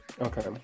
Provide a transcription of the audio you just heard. Okay